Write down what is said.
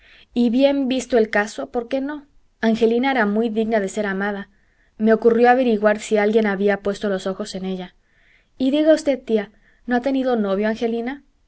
y bien visto el caso por qué no angelina era muy digna de ser amada me ocurrió averiguar si alguien había puesto los ojos en ella y diga usted tía no ha tenido novio angelina